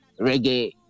reggae